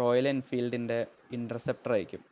Royal എന്ഫീല്ഡിന്റെ ഇൻറ്റർസെപ്റ്ററായിരിക്കും